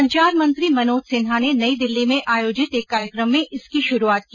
संचार मंत्री मनोज सिन्हा ने नई दिल्ली में आयोजित एक कार्यक्रम में इसकी श्रूआत की